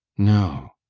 no.